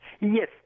Yes